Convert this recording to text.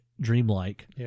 dreamlike